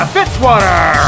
Fitzwater